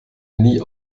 nie